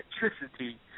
electricity